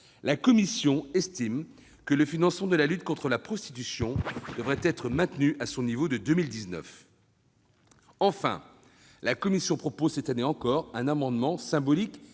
la commission estime que le financement de la lutte contre la prostitution devrait être maintenu à son niveau de 2019. Enfin, la commission propose, cette année encore, un amendement symbolique,